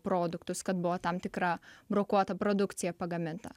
produktus kad buvo tam tikra brokuota produkcija pagaminta